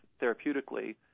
therapeutically